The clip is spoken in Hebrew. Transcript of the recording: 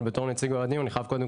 אבל בתור נציג האוהדים אני חייב קודם